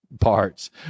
parts